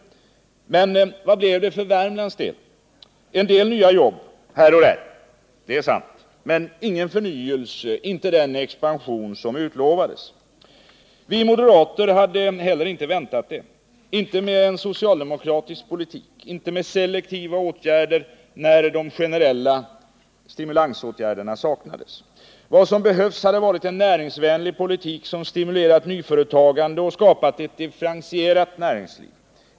Men vad blev resultatet för Värmlands del? En del nya jobb här och där skapades — det är sant — men ingen förnyelse eller expansion av det slag som utlovades. Vi moderater hade inte heller väntat det — inte med en socialdemokratisk politik och selektiva åtgärder när de generella stimulansåtgärderna saknades. Vad som behövdes var en näringsvänlig politik som kunde stimulera nyföretagande och skapa ett differentierat näringsliv.